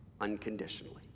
unconditionally